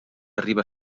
arriba